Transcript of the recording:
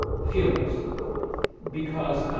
funerals because